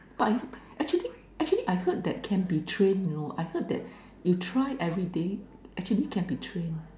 but if actually actually I heard that can be trained you know I heard that you try everyday actually can be trained